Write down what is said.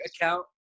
account